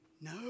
No